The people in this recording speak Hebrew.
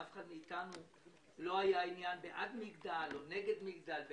לאף אחד מאיתנו לא היה עניין בעד מגדל או נגד מגדל,